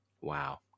Wow